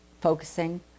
focusing